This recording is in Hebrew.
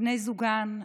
בני זוגן,